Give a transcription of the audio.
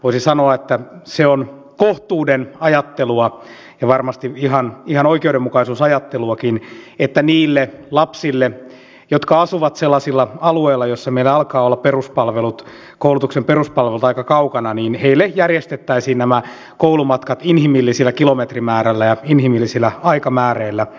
voisi sanoa että se on kohtuuden ajattelua ja varmasti ihan oikeudenmukaisuusajatteluakin että niille lapsille jotka asuvat sellaisilla alueilla joilla meillä alkavat olla koulutuksen peruspalvelut aika kaukana järjestettäisiin koulumatkat inhimillisellä kilometrimäärällä ja inhimillisillä aikamäärillä